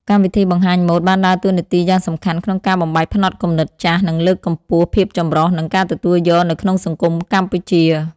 កម្មវិធីបង្ហាញម៉ូដបានដើរតួនាទីយ៉ាងសំខាន់ក្នុងការបំបែកផ្នត់គំនិតចាស់ និងលើកកម្ពស់ ភាពចម្រុះ និង ការទទួលយក នៅក្នុងសង្គមកម្ពុជា។